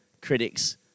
critics